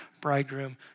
bridegroom